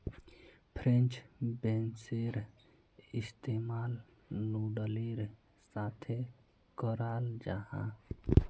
French बेंसेर इस्तेमाल नूडलेर साथे कराल जाहा